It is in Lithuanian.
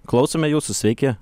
klausome jūsų sveiki